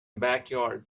backyard